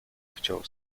chciał